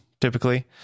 typically